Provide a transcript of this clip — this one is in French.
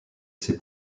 ses